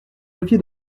levier